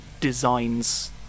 designs